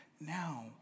Now